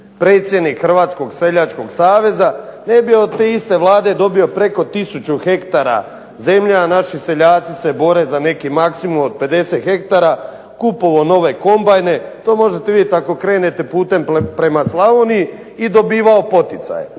predsjednik Hrvatskog seljačkog saveza ne bi od te iste Vlade dobio preko tisuću hektara zemlje, a naši seljaci se bore za neki maksimum od 50 hektara, kupovao nove kombajne, to možete vidjeti ako krenete putem prema Slavoniji i dobivao poticaje.